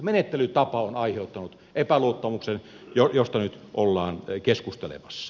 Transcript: menettelytapa on aiheuttanut epäluottamuksen josta nyt ollaan keskustelemassa